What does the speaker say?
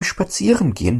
spazierengehen